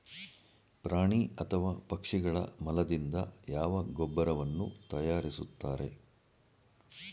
ಪ್ರಾಣಿ ಅಥವಾ ಪಕ್ಷಿಗಳ ಮಲದಿಂದ ಯಾವ ಗೊಬ್ಬರವನ್ನು ತಯಾರಿಸುತ್ತಾರೆ?